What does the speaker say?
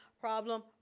problem